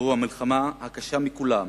זו המלחמה הקשה מכולם,